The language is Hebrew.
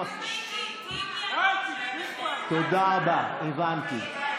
טיבי אמר שהם, תודה רבה, הבנתי.